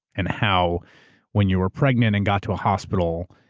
and how when you were pregnant and got to a hospital,